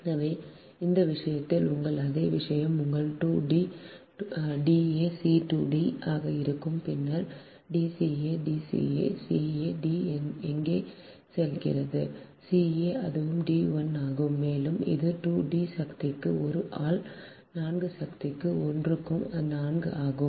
எனவே அந்த விஷயத்தில் உங்கள் அதே விஷயம் உங்கள் 2 D d a c 2 D ஆக இருக்கும் பின்னர் dca dca ca d எங்கே சென்றது ca அதுவும் d1 ஆகும் மேலும் இது 2 D சக்திக்கு 1 ஆல் 4 க்கு சக்தி 1 க்கு 4 ஆகும்